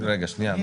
חברים, אנחנו